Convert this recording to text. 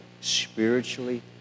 spiritually